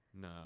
no